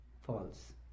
false